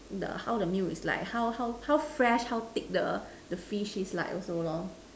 the how the meal is like how how how fresh how thick the the fish is like also lah